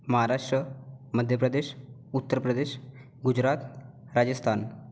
Maharashtra Madhya Pradesh Uttar Pradesh Gujarat Rajasthan